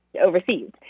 overseas